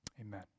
Amen